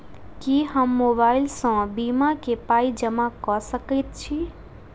की हम मोबाइल सअ बीमा केँ पाई जमा कऽ सकैत छी?